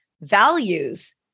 values